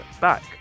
back